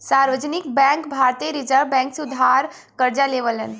सार्वजनिक बैंक भारतीय reserve bank से उधार करजा लेवलन